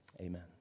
amen